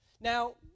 Now